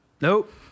nope